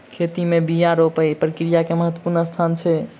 खेती में बिया रोपबाक प्रक्रिया के महत्वपूर्ण स्थान छै